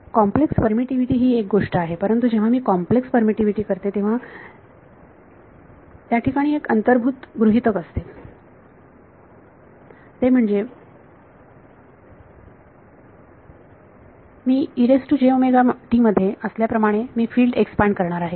complex permittivity ही एक गोष्ट आहे परंतु जेव्हा मी कॉम्प्लेक्स परमीटीव्हीटी करते तेव्हा त्या ठिकाणी एक अंतर्भूत गृहितक असते ते म्हणजे मी मध्ये असल्याप्रमाणे मी फील्ड एक्सपांड करणार आहे